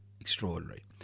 Extraordinary